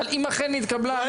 אבל אם אכן התקבלה ---,